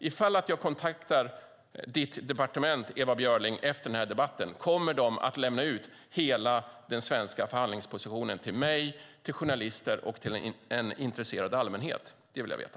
I fall jag kontaktar ditt departement efter den här debatten, Ewa Björling, kommer det att lämna ut hela den svenska förhandlingspositionen till mig, till journalister och till en intresserad allmänhet? Det vill jag veta.